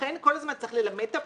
לכן כל הזמן צריך ללמד את הפקידים,